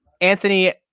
Anthony